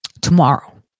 tomorrow